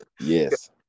yes